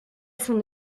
son